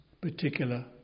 particular